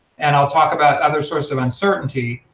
and i'll talk about other source of uncertainty,